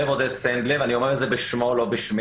אומר עודד סנדלר אני אומר את זה בשמו לא בשמי